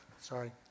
sorry